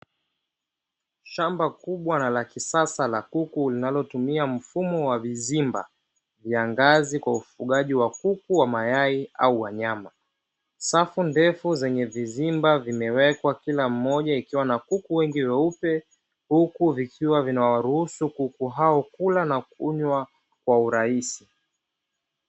Shamba kubwa na la kisasa la kuku, linalotumia mfumo wa vizimba vya angazi, kwa ufugaji wa kuku wa mayai au wa nyama. Safu ndefu zenye vizimba vimewekwa kila mmoja ikiwa na kuku wengi weupe, huku vikiwa vinawaruhusu kuku hao kula na kunywa kwa urahisi.